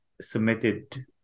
submitted